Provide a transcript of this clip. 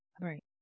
Right